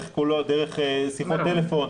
דרך שיחות טלפון,